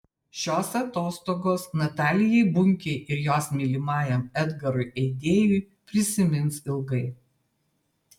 šios atostogos natalijai bunkei ir jos mylimajam edgarui eidėjui prisimins ilgai